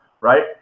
right